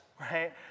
right